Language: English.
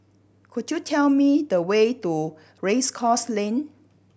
could you tell me the way to Race Course Lane